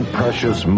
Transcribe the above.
precious